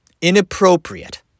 Inappropriate